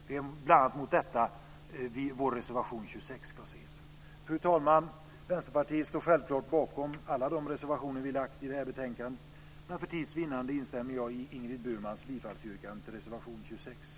Det är bl.a. mot denna bakgrund vår reservation 26 ska ses. Fru talman! Vi i Vänsterpartiet står självklart bakom alla de reservationer vi lämnat i detta betänkande, men för tids vinnande instämmer jag i Ingrid Burmans bifallsyrkande, som gäller reservation 26.